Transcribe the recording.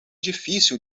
difícil